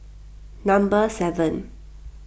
number seven